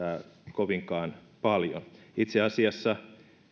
kovinkaan paljon itse asiassa